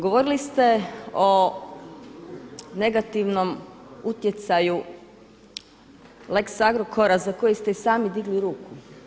Govorili ste o negativnom utjecaju lex Agrokora za koji ste i sami digli ruku.